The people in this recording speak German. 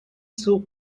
zur